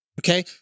okay